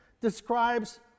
describes